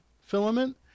filament